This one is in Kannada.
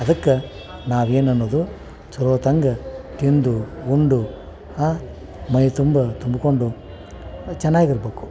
ಅದಕ್ಕೆ ನಾವು ಏನನ್ನುವುದು ಚಲೋತ್ತಂಗೆ ತಿಂದು ಉಂಡು ಮೈತುಂಬ ತುಂಬಿಕೊಂಡು ಚೆನ್ನಾಗಿರ್ಬಕು